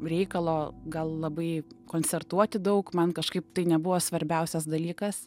reikalo gal labai koncertuoti daug man kažkaip tai nebuvo svarbiausias dalykas